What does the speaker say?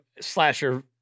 slasher